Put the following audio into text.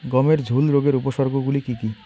গমের ঝুল রোগের উপসর্গগুলি কী কী?